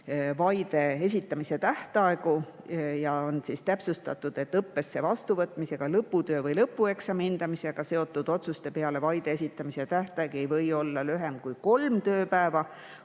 vaide esitamise tähtaegu. On täpsustatud, et õppesse vastuvõtmisega, lõputöö või lõpueksami hindamisega seotud otsuste peale vaide esitamise tähtaeg ei või olla lühem kui kolm tööpäeva